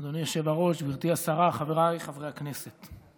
אדוני היושב בראש, גברתי השרה, חבריי חברי הכנסת,